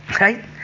Right